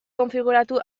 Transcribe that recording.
konfiguratu